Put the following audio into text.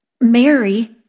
Mary